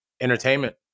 entertainment